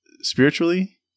spiritually